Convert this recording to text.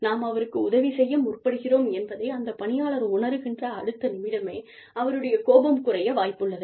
நாம் அவருக்கு உதவி செய்ய முற்படுகிறோம் என்பதை அந்த பணியாளர் உணருகின்ற அடுத்த நிமிடமே அவருடைய கோபம் குறைய வாய்ப்புள்ளது